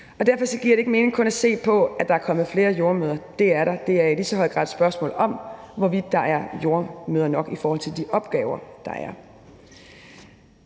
derfor giver det ikke mening kun at se på, at der er kommet flere jordemødre; det er der. Det er i lige så høj grad et spørgsmål om, hvorvidt der er jordemødre nok i forhold til de opgaver, der er.